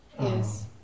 Yes